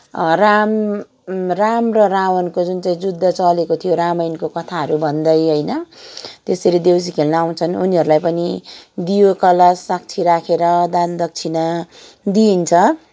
राम राम र रावणको जुन चाहिँ युद्ध चलेको थियो रामायणको कथाहरू भन्दै होइन त्यसरी देउसी खेल्न आउँछन् उनीहरूलाई पनि दियो कलश साक्षी राखेर दान दक्षिणा दिइन्छ